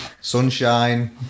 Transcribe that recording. sunshine